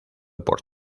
por